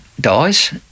dies